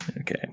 Okay